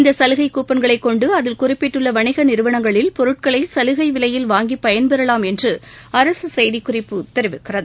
இந்த சலுகைக் கூப்பன்களைக் கொண்டு அதில் குறிப்பிட்டுள்ள வணிக நிறுவனங்களில் பொருட்களை சலுகை விலையில் வாங்கி பயன்பெறலாம் என்று அரசு செய்திக்குறிப்பு தெரிவிக்கிறது